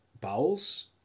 bowels